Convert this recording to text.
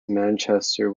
manchester